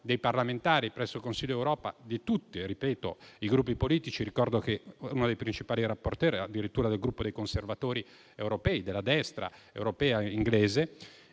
dei parlamentari presso il Consiglio d'Europa di tutti i gruppi politici. Ricordo che uno dei principali *rapporteur* è addirittura del gruppo dei conservatori europei, della destra europea inglese.